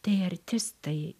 tai artistai